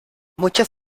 muchos